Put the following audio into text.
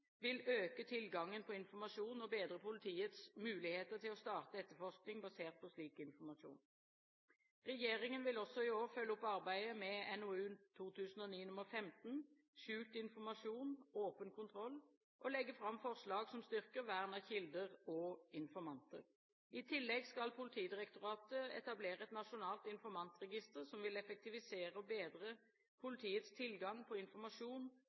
vil øke tilgangen på informasjon og bedre politiets muligheter til å starte etterforsking basert på slik informasjon. Regjeringen vil også i år følge opp arbeidet med NOU 2009: 15 Skjult informasjon – åpen kontroll, og legge fram forslag som styrker vern av kilder og informanter. I tillegg skal Politidirektoratet etablere et nasjonalt informantregister, som vil effektivisere og bedre politiets tilgang på informasjon